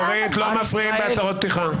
אורית, לא מפריעים בהצהרות פתיחה.